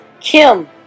Kim